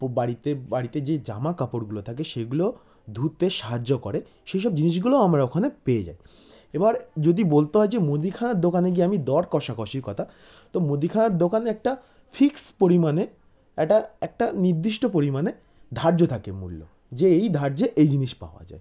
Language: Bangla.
বাড়িতে বাড়িতে যে জামা কাপড়গুলো থাকে সেগুলোও ধুতে সাহায্য করে সেই সব জিনিসগুলো আমরা ওখানে পেয়ে যাই এবার যদি বলতে হয় যে মুদিখানার দোকানে গিয়ে আমি দর কষাকষির কথা তো মুদিখানার দোকানে একটা ফিক্সড পরিমাণে একটা একটা নিদ্দিষ্ট পরিমাণে ধার্য থাকে মূল্য যে এই ধার্যে এই জিনিস পাওয়া যায়